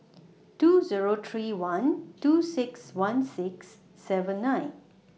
two Zero three one two six one six seven nine